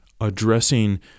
addressing